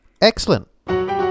Excellent